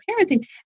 parenting